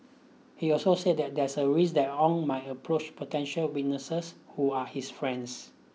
he also said there is a risk that Ong might approach potential witnesses who are his friends